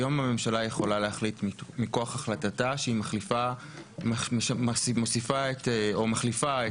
היום הממשלה יכולה להחליט מכוח החלטתה שהיא מוסיפה או מחליפה את